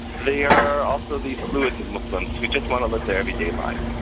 they are also the fluid muslims who just want to live their everyday lives.